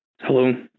Hello